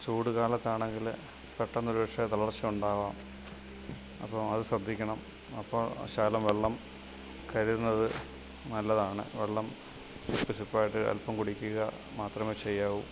ചൂട് കാലത്താണെങ്കില് പെട്ടെന്ന് ഒരുപക്ഷേ തളർച്ചയുണ്ടാവാം അപ്പം അത് ശ്രദ്ധിക്കണം അപ്പം ശകലം വെള്ളം കരുതുന്നത് നല്ലതാണ് വെള്ളം സിപ്പ് സിപ്പായിട്ട് അൽപ്പം കുടിക്കുക മാത്രമേ ചെയ്യാവൂ